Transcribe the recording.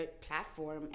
platform